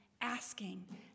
asking